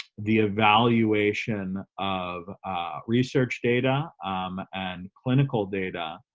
the evaluation of research data and clinical data